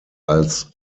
als